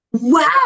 Wow